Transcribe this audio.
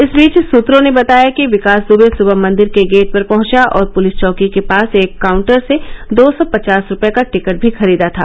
इस बीच सुत्रों ने बताया कि विकास दबे सुबह मंदिर के गेट पर पहंचा और पुलिस चौकी के पास एक काउंटर से दो सौ पचास रुपये का टिकट भी खरीदा था